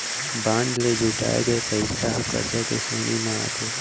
bond ले जुटाए गये पइसा ह करजा के श्रेणी म आथे